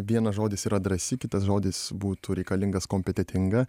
vienas žodis yra drąsi kitas žodis būtų reikalingas kompetentinga